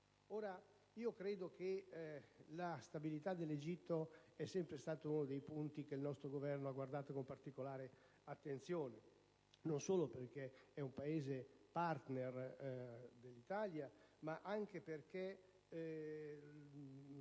Io credo che la stabilità dell'Egitto sia sempre stata uno dei punti cui il nostro Governo ha guardato con particolare attenzione, non solo perché è un Paese *partner* dell'Italia ma anche perché